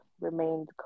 remained